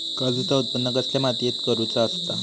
काजूचा उत्त्पन कसल्या मातीत करुचा असता?